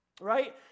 right